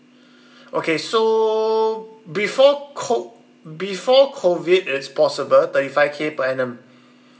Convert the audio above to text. okay so before co~ before COVID it's possible thirty five K per annum